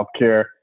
healthcare